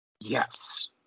Yes